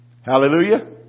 Hallelujah